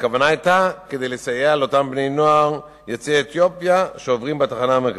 הכוונה היתה לסייע לאותם בני-נוער יוצאי אתיופיה שעוברים בתחנה המרכזית.